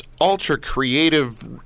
ultra-creative